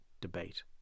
debate